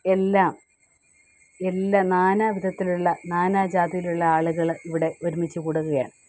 എല്ലാം എല്ലാ നാന വിധത്തിലുള്ള നാനാജാതിയിലുള്ള ആളുകൾ ഇവിടെ ഒരുമിച്ച് കൂടുകയാണ്